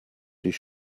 dich